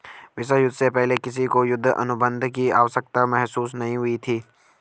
विश्व युद्ध से पहले किसी को युद्ध अनुबंध की आवश्यकता महसूस नहीं हुई थी